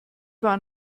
war